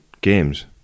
games